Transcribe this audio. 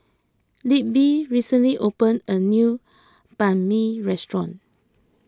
Libbie recently opened a new Banh Mi restaurant